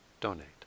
donate